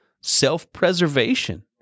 self-preservation